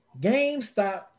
GameStop